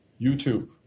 YouTube